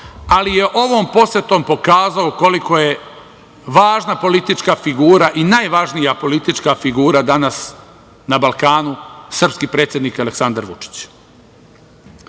ali je ovom posetom pokazao koliko je važna politička figura i najvažnija politička figura danas na Balkanu srpski predsednik, Aleksandar Vučić. Ono